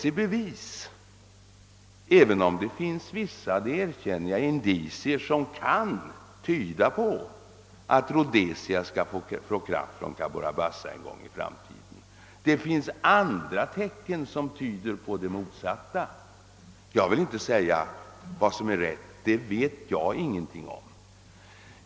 Jag erkänner att det finns vissa indicier som kan tyda på att Rhodesia skall få kraft från Cabora Bassa en gång i tiden, men detta har inte letts i bevis. Det finns emellertid även tecken som tyder på motsatsen. Jag vill inte säga vad som är rätt — det vet jag ingenting om.